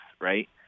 right